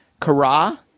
Kara